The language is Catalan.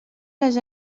les